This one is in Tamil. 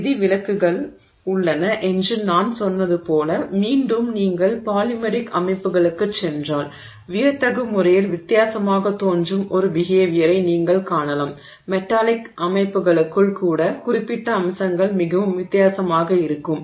விதிவிலக்குகள் உள்ளன என்று நான் சொன்னது போல் மீண்டும் நீங்கள் பாலிமெரிக் அமைப்புகளுக்குச் சென்றால் வியத்தகு முறையில் வித்தியாசமாகத் தோன்றும் ஒரு பிஹேவியரை நீங்கள் காணலாம் மெட்டாலிக் அமைப்புகளுக்குள் கூட குறிப்பிட்ட அம்சங்கள் மிகவும் வித்தியாசமாக இருக்கும்